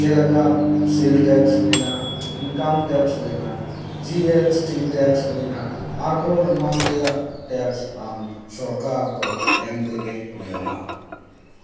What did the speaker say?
ᱪᱮᱫ ᱞᱮᱠᱟ ᱥᱮ ᱞ ᱴᱮᱠᱥ ᱦᱩᱭᱮᱱᱟ ᱤᱱᱠᱟᱢ ᱴᱮᱠᱥ ᱦᱩᱭᱮᱱᱟ ᱡᱤ ᱮᱥ ᱴᱤ ᱴᱮᱠᱥ ᱦᱩᱭᱮᱱᱟ ᱟᱨᱦᱚᱸ ᱮᱢᱟᱱ ᱛᱮᱭᱟᱜ ᱴᱮᱠᱥ ᱟᱢ ᱥᱚᱨᱠᱟᱨ ᱫᱚ ᱮᱢ ᱛᱮᱜᱮ ᱦᱩᱭᱟᱢᱟ